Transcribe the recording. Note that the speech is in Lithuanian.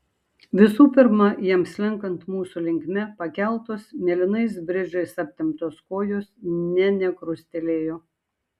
visų pirma jam slenkant mūsų linkme pakeltos mėlynais bridžais aptemptos kojos ne nekrustelėjo